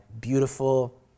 beautiful